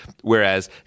Whereas